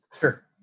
sure